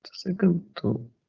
second to